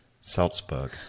Salzburg